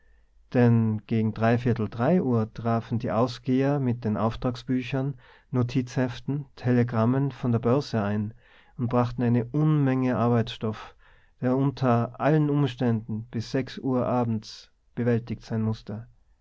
denn gegen dreiviertel drei uhr trafen die ausgeher mit den auftragsbüchern notizheften telegrammen von der börse ein und brachten eine unmenge arbeitsstoff der unter allen umständen bis sechs uhr abends bewältigt sein mußte